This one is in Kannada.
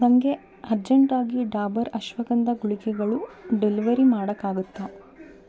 ನನಗೆ ಅರ್ಜೆಂಟಾಗಿ ಡಾಬರ್ ಅಶ್ವಗಂಧ ಗುಳಿಗೆಗಳು ಡೆಲಿವರಿ ಮಾಡೋಕ್ಕಾಗತ್ತಾ